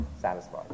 satisfied